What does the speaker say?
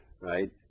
right